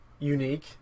unique